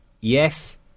yes